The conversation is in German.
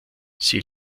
sie